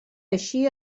així